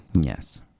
Yes